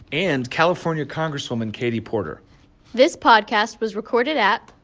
and california congresswoman katie porter this podcast was recorded at.